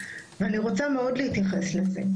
ההצעה של משרד הבריאות היא להאריך כרגע את ההוראות המצומצמות בשנה.